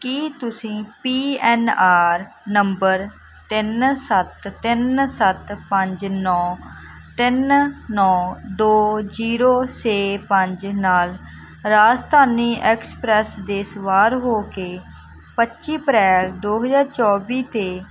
ਕੀ ਤੁਸੀਂ P N R number ਤਿੰਨ ਸੱਤ ਤਿੰਨ ਸੱਤ ਪੰਜ ਨੌਂ ਤਿੰਨ ਨੌਂ ਦੋ ਜ਼ੀਰੋ ਛੇ ਪੰਜ ਨਾਲ ਰਾਜਧਾਨੀ ਐਕਸਪ੍ਰੈਸ ਦੇ ਸਵਾਰ ਹੋ ਕੇ ਪੱਚੀ ਅਪ੍ਰੈਲ ਦੋ ਹਜ਼ਾਰ ਚੌਵੀ 'ਤੇ